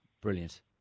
Brilliant